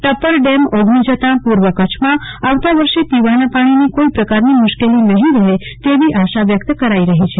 Tappar dam ઓગની જતા પુર્વ કચ્છમાં આવતા વર્ષે પીવાના પાણીની કોઈ પ્રકારની મુશ્કેલી નહી રહે તેવી આશા વ્યક્ત કરાઈ છે